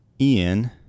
Ian